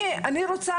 אני רוצה,